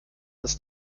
ist